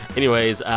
anyways,